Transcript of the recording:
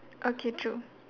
okay true